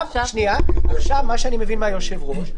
מה שאני מבין מהיושב-ראש,